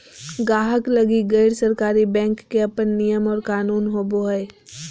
गाहक लगी गैर सरकारी बैंक के अपन नियम और कानून होवो हय